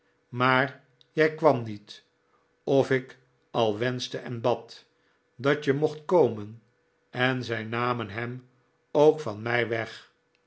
maar jij kwam niet of ik al wenschte en bad dat je mocht komen en zij namen hem ook van mij weg